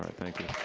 um thank you.